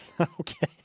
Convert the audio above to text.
Okay